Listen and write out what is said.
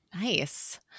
nice